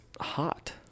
hot